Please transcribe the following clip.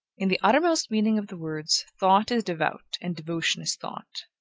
in the uttermost meaning of the words, thought is devout, and devotion is thought.